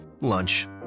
lunch